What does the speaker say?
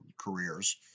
careers